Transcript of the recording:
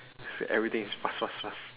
I say everything is fast fast fast